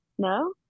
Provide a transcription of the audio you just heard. No